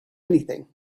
anything